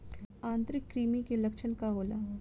आंतरिक कृमि के लक्षण का होला?